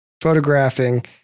photographing